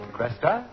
Cresta